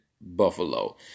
Buffalo